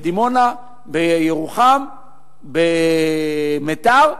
בדימונה, בירוחם, במיתר,